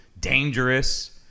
dangerous